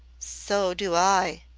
so do i,